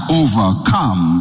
overcome